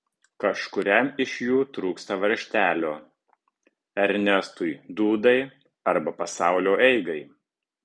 kažkuriam iš jų trūksta varžtelio ernestui dūdai arba pasaulio eigai